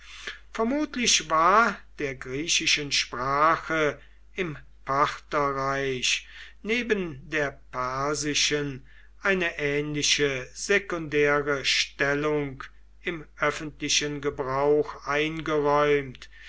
vermutlich war der griechischen sprache im partherreich neben der persischen eine ähnliche sekundäre stellung im öffentlichen gebrauch eingeräumt